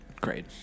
great